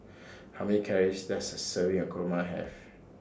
How Many Calories Does A Serving of Kurma Have